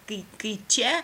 kai kai čia